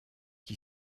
qui